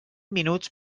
minuts